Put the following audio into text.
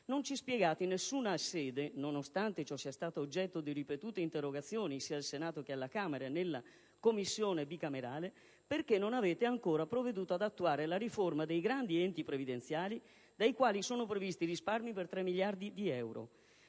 non ci spiegate in nessuna sede, nonostante ciò sia stato oggetto di ripetute interrogazioni al Senato, alla Camera e in Commissione bicamerale, perché non avete ancora provveduto ad attuare la riforma dei grandi enti previdenziali, dai quali sono previsti risparmi per 3 miliardi di euro.